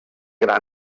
gran